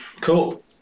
Cool